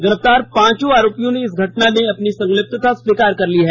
गिरफ्तार पांचों आरोपियों ने इस घटना में अपनी संलिप्तता स्वीकार कर ली है